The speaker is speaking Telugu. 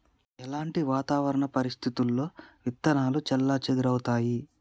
ఎలాంటి వాతావరణ పరిస్థితుల్లో విత్తనాలు చెల్లాచెదరవుతయీ?